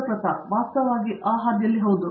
ಪ್ರತಾಪ್ ಹರಿಡೋಸ್ ವಾಸ್ತವವಾಗಿ ಆ ಹಾದಿಯಲ್ಲಿ ಹೌದು